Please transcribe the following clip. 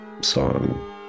song